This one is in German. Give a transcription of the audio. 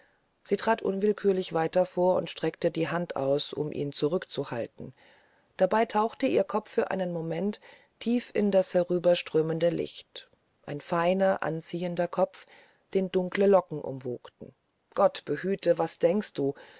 sie trat unwillkürlich weiter vor und streckte die hand aus um ihn zurückzuhalten dabei tauchte ihr kopf für einen moment tief in das herüberströmende licht ein feiner anziehender kopf den dunkle locken umwogten gott behüte was denkst du